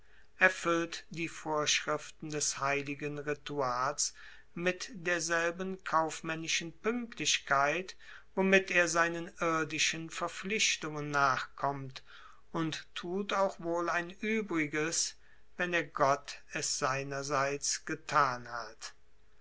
erfuellt die vorschriften des heiligen rituals mit derselben kaufmaennischen puenktlichkeit womit er seinen irdischen verpflichtungen nachkommt und tut auch wohl ein uebriges wenn der gott es seinerseits getan hat